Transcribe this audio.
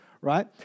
right